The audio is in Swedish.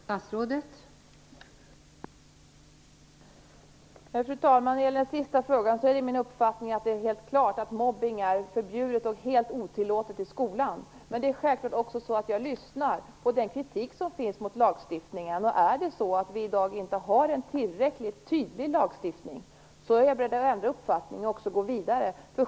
Fru talman! När det gäller den sista frågan är det min uppfattning att mobbning helt klart är förbjudet och otillåtet i skolan. Men jag lyssnar självfallet också på den kritik som finns mot lagstiftningen. Är det så att vi i dag inte har en tillräckligt tydlig lagstiftning, så är jag beredd att ändra uppfattning och också gå vidare.